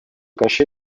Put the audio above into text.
caché